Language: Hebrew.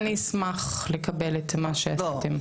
אני אשמח לקבל את מה שעשיתם.